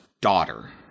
daughter